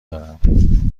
دارم